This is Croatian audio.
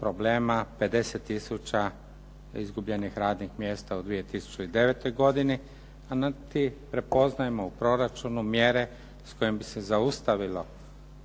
problema 50 tisuća izgubljenih radnih mjesta u 2009. godini a niti prepoznajemo u proračunu mjere s kojima bi se zaustavilo